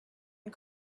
and